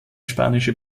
spanische